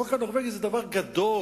החוק הנורבגי זה דבר גדול,